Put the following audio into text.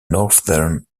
northern